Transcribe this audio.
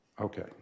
Okay